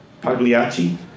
Pagliacci